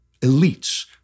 elites